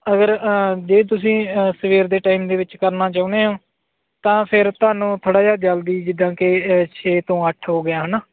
ਅਗਰ ਜੇ ਤੁਸੀਂ ਸਵੇਰ ਦੇ ਟਾਈਮ ਦੇ ਵਿੱਚ ਕਰਨਾ ਚਾਹੁੰਦੇ ਹੋ ਤਾਂ ਫਿਰ ਤੁਹਾਨੂੰ ਥੋੜ੍ਹਾ ਜਿਹਾ ਜਲਦੀ ਜਿੱਦਾਂ ਕਿ ਛੇ ਤੋਂ ਅੱਠ ਹੋ ਗਿਆ ਹੈ ਨਾ